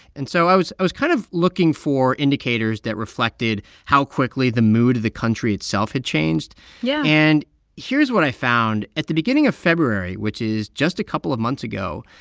and so i was kind kind of looking for indicators that reflected how quickly the mood of the country itself had changed yeah and here's what i found. at the beginning of february, which is just a couple of months ago,